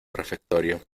refectorio